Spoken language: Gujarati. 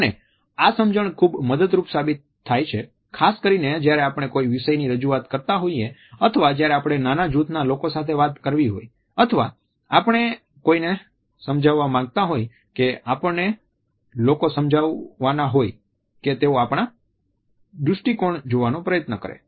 અને આ સમજણ ખૂબ મદદરૂપ સાબિત થાય છે ખાસ કરીને જયારે આપણે કોઈ વિષયની રજૂઆત કરતા હોઈએ અથવા જ્યારે આપણે નાના જૂથના લોકો સાથે વાત કરવી હોય અથવા આપણે કોઈને સમજાવવા માંગતા હોય કે આપણને લોકો સમજવાના હોય કે તેઓ આપણા દ્રષ્ટિકોણથી જોવાનો પ્રયાસ કરે